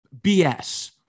bs